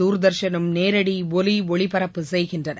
தூர்தர்ஷனம் நேரடி ஒலி ஒளிபரப்பு செய்கின்றன